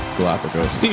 Galapagos